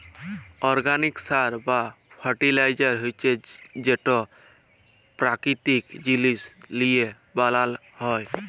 organic সার বা fertiliser হছে যেট পাকিতিক জিলিস লিঁয়ে বালাল হ্যয়